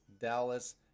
Dallas